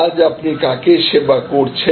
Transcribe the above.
আজ আপনি কাকে সেবা করছেন